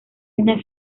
una